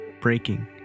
breaking